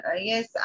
yes